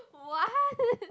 what